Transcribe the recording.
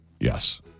Yes